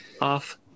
off